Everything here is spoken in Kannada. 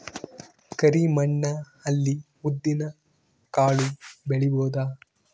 ಕರಿ ಮಣ್ಣ ಅಲ್ಲಿ ಉದ್ದಿನ್ ಕಾಳು ಬೆಳಿಬೋದ?